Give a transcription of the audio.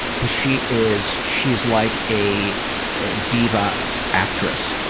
but she is, she's like a diva actress.